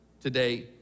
today